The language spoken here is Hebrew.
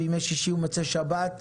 בימי שישי ובמוצאי שבת.